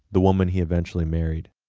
the woman he eventually married.